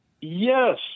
Yes